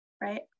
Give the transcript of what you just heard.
right